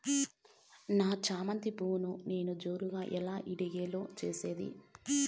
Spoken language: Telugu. నా చామంతి పువ్వును నేను జోరుగా ఎలా ఇడిగే లో చేసేది?